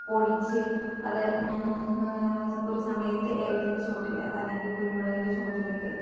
പൊടിച്ച് അത് ഒരു സമയത്ത് ഏലത്തിൻ്റെ ചുവട്ടിൽ അല്ലെങ്കിൽ കുരുമുളകിൻ്റെ ചുവട്ടിലൊക്കെ